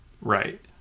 Right